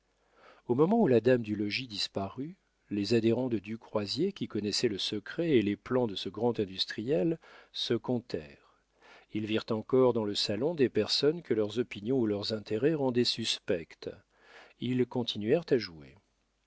au moment où la dame du logis disparut les adhérents de du croisier qui connaissaient le secret et les plans de ce grand industriel se comptèrent ils virent encore dans le salon des personnes que leurs opinions ou leurs intérêts rendaient suspectes ils continuèrent à jouer